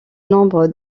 nombre